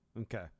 Okay